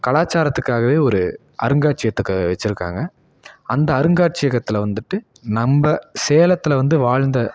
கலாச்சாரத்துக்காகவே ஒரு அருங்காட்சியத்துக்கு வெச்சுருக்காங்க அந்த அருங்காட்சியகத்தில் வந்துட்டு நம்ப சேலத்தில் வந்து வாழ்ந்த